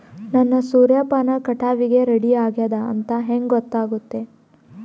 ನನ್ನ ಸೂರ್ಯಪಾನ ಕಟಾವಿಗೆ ರೆಡಿ ಆಗೇದ ಅಂತ ಹೆಂಗ ಗೊತ್ತಾಗುತ್ತೆ?